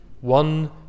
one